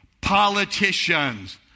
Politicians